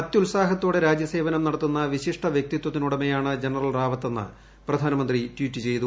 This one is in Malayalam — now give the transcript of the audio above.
അത്യുത്സാഹത്തോടെ രാജ്യസേവനം നടത്തുന്ന വിശിഷ്ട വ്യക്തിത്വത്തിന് ഉടമയാണ് ജനറൽ റാവത്തെന്ന് പ്രധാനമന്ത്രി ട്വീറ്റ് ചെയ്തു